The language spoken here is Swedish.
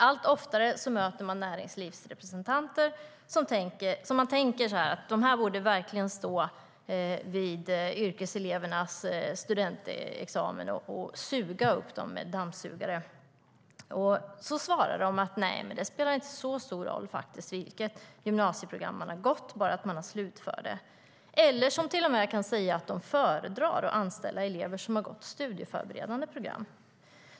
Allt oftare möter man näringslivsrepresentanter och tänker att de borde stå där när yrkeseleverna tar studentexamen och suga upp dem dammsugare. Men de svarar: Nej, det spelar faktiskt inte så stor roll vilket gymnasieprogram man har gått, bara man har slutfört det. En del säger till och med att de föredrar att anställa yrkeselever som har gått studieförberedande program.